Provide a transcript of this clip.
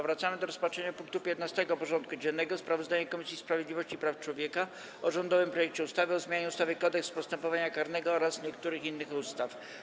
Powracamy do rozpatrzenia punktu 15. porządku dziennego: Sprawozdanie Komisji Sprawiedliwości i Praw Człowieka o rządowym projekcie ustawy o zmianie ustawy Kodeks postępowania karnego oraz niektórych innych ustaw.